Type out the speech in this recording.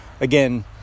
again